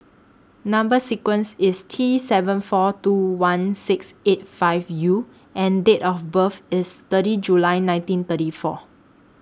Number sequence IS T seven four two one six eight five U and Date of birth IS thirty July nineteen thirty four